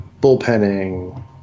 bullpenning